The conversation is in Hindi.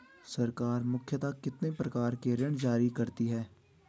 सरकार मुख्यतः कितने प्रकार के ऋण जारी करती हैं?